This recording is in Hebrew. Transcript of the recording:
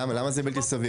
למה, למה זה בלתי סביר?